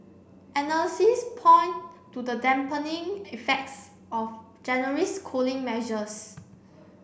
analysts point to the dampening effects of January's cooling measures